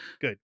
good